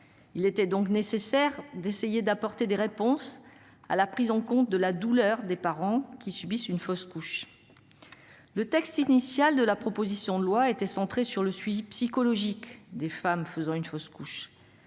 Il était donc nécessaire d'essayer d'apporter des réponses à la prise en compte de la douleur des parents qui subissent une fausse couche. Le texte initial de la proposition de loi était centré sur le suivi psychologique des femmes, faisant une fausse couche.